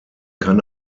kann